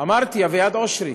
אמרתי, אביעד אושרי,